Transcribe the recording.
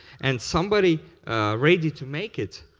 and somebody rated to make it,